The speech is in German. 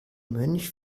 mönch